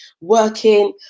working